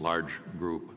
large group